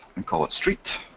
and call it street.